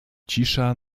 cisza